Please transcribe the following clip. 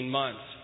months